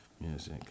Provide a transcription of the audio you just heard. music